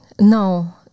No